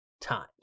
times